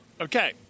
Okay